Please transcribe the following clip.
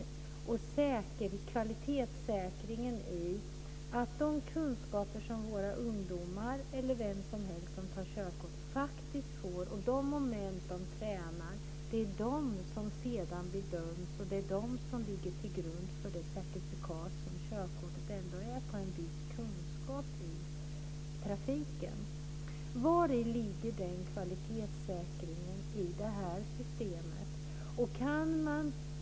Vari ligger kvalitetssäkringen i de kunskaper som ungdomarna eller vem som helst som tar körkort får och i de moment som tränas? Det är detta som bedöms och som ligger till grund för det certifikat som körkortet utgör för en viss trafikkunskap? Vari ligger den kvalitetssäkringen i det här systemet?